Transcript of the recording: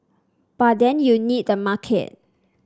but then you need the market